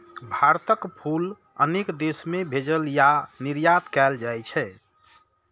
भारतक फूल अनेक देश मे भेजल या निर्यात कैल जाइ छै